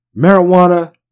marijuana